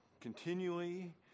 continually